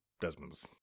Desmonds